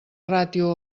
ràtio